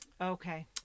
okay